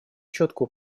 четкую